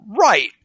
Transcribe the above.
Right